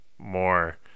more